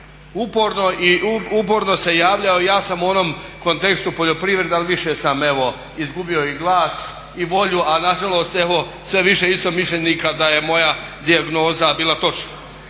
uporno se javljao i ja sam u onom kontekstu poljoprivrede ali više sam evo izgubio i glas i volju a nažalost evo sve više istomišljenika da je moja dijagnoza bila točna.